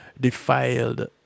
defiled